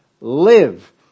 Live